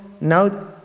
now